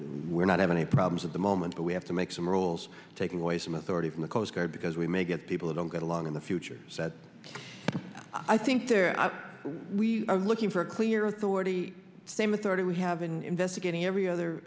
we're not have any problems at the moment but we have to make some rules taking away some authority from the coast guard because we may get people who don't get along in the future i think there are we are looking for a clear authority same authority we have been investigating every other